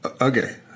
Okay